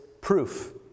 proof